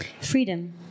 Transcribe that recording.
Freedom